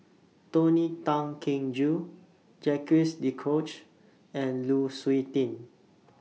Tony Tan Keng Joo Jacques De Coutre and Lu Suitin